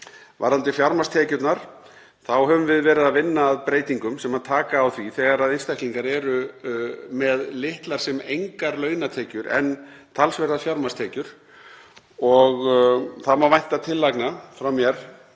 Varðandi fjármagnstekjurnar þá höfum við verið að vinna að breytingum sem taka á því þegar einstaklingar eru með litlar sem engar launatekjur en talsverðar fjármagnstekjur. Það má vænta tillagna frá mér